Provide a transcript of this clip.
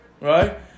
right